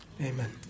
Amen